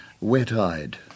wet-eyed